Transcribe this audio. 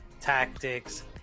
tactics